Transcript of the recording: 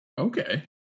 Okay